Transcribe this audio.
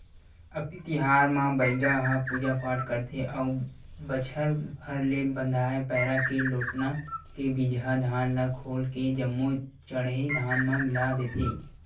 अक्ती तिहार म बइगा ह पूजा पाठ करथे अउ बछर भर ले बंधाए पैरा के लोटना के बिजहा धान ल खोल के जम्मो चड़हे धान म मिला देथे